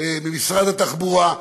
ממשרד התחבורה,